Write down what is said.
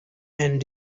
and